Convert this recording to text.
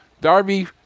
Darby